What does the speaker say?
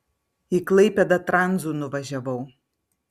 į klaipėdą tranzu nuvažiavau